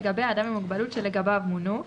לגבי האדם עם מוגבלות שלגביו מונו,